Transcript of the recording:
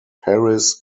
paris